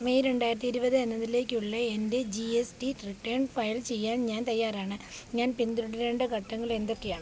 May രണ്ടായിരത്തി ഇരുപത് എന്നതിലേക്കുള്ള എൻ്റെ G S T return file ചെയ്യാൻ ഞാൻ തയ്യാറാണ് ഞാൻ പിന്തുടരേണ്ട ഘട്ടങ്ങൾ എന്തൊക്കെയാണ്